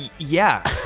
and yeah.